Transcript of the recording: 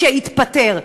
ויתפטר.